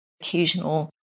occasional